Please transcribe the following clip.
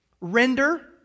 render